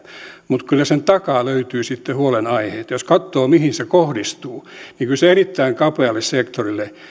mutta kyllä sen takaa löytyy sitten huolenaiheita jos katsoo mihin se kohdistuu niin kyllä erittäin kapealle sektorille